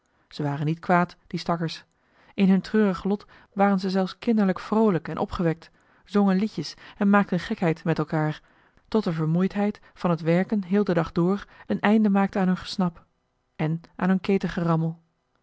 ze waren niet kwaad die stakkers in hun treurig lot waren ze zelfs kinderlijk vroolijk en opgewekt zongen liedjes en maakten gekheid met elkaar tot de vermoeidheid van het werken heel den dag door een einde maakte aan hun gesnap en aan hun